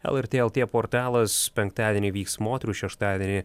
lrt lt portalas penktadienį vyks moterų šeštadienį